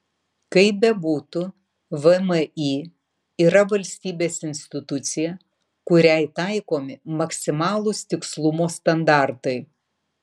kaip bebūtų vmi yra valstybės institucija kuriai taikomi maksimalūs tikslumo standartai